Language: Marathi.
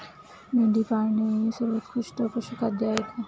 मेंढी पाळणे हे सर्वोत्कृष्ट पशुखाद्य आहे का?